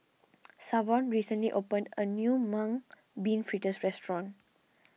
Savon recently opened a new Mung Bean Fritters restaurant